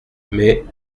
mais